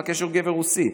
מה הקשר לגבר רוסי?